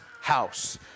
house